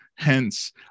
Hence